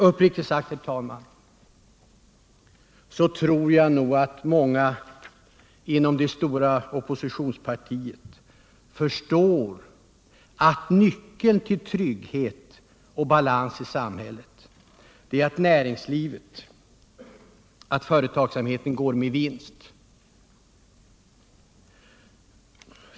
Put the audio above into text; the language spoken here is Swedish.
Uppriktigt sagt, herr talman, tror jag nog att många inom det stora oppositionspartiet förstår att nyckeln till trygghet och balans i samhället är att näringslivet och företagsamheten går med vinst.